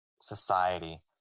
society